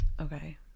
Okay